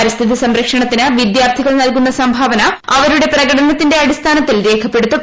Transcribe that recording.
പരിസ്ഥിതി സംരക്ഷണത്തിന് വിദ്യാർത്ഥികൾ നല്കുന്ന സംഭാവന അവരുടെ പ്രകടനത്തിന്റെ അടിസ്ഥാനത്തിൽ രേഖപ്പെടുത്തും